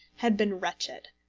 had been wretched.